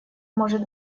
может